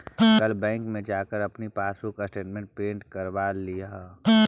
कल बैंक से जाकर अपनी पासबुक स्टेटमेंट प्रिन्ट करवा लियह